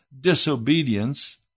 disobedience